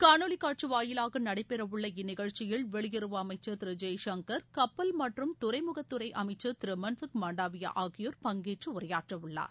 காணொலி காட்சி வாயிலாக நடைபெறவுள்ள இந்நிகழ்ச்சியில் வெளியுறவு அமைச்சர் திரு ஜெய்சங்கர் கப்பல் மற்றும் துறைமுகத்துறை அமைச்சர் திரு மன்சுக் மாண்டவியா ஆகியோர் பங்கேற்று உரையாற்றவுள்ளார்